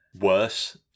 Worse